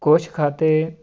ਕੁਛ ਖਾਤੇ